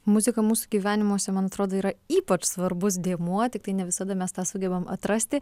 muzika mūsų gyvenimuose man atrodo yra ypač svarbus dėmuo tiktai ne visada mes tą sugebam atrasti